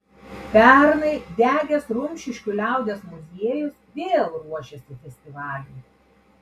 pernai degęs rumšiškių liaudies muziejus vėl ruošiasi festivaliui